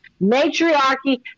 Matriarchy